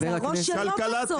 אבל זה הראש שלו בסוף.